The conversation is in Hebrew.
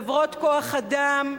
חברות כוח-אדם,